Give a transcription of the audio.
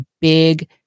big